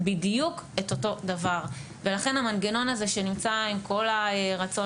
בדיוק את אותו דבר ולכן המנגנון הזה שנמצא עם כל הרצון